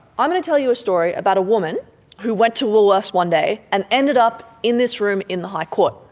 um to tell you a story about a woman who went to woolworths one day and ended up in this room in the high court.